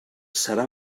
serà